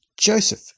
Joseph